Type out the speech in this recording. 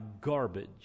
garbage